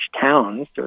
towns